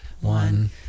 One